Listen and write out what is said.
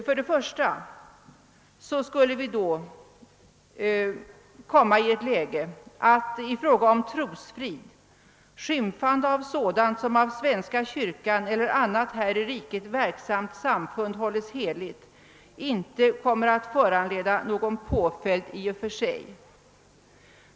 Först och främst skulle då läget vara det att brott mot trosfrid, d.v.s. skymfande av sådant som av svenska kyrkan eller annat här i riket verksamt samfund håller heligt, inte kommer att föranleda någon påföljd i och för sig.